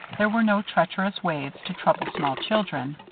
there were no treacherous waves to trouble small children.